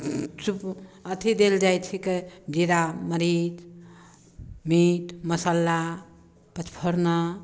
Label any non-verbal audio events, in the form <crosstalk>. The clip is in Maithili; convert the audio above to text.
<unintelligible> अथि देल जाइ छिके जीरा मरीच मीट मसल्ला पञ्चफोरना